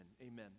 amen